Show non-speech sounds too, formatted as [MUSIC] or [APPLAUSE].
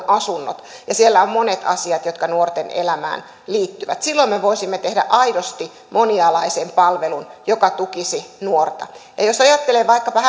[UNINTELLIGIBLE] asunnot ja siellä on monet asiat jotka nuorten elämään liittyvät silloin me voisimme tehdä aidosti moni alaisen palvelun joka tukisi nuorta jos ajattelee vaikkapa [UNINTELLIGIBLE]